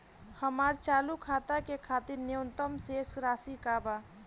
हमार चालू खाता के खातिर न्यूनतम शेष राशि का बा?